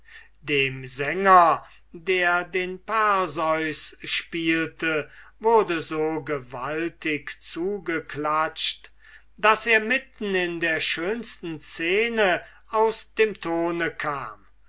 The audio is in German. dem sänger der den perseus machte wurde so gewaltig zugeklatscht daß er mitten in der schönsten scene aus dem tone kam